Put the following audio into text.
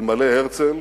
אלמלא הרצל